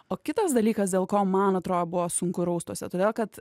o kitas dalykas dėl ko man atrodo buvo sunku raustuose todėl kad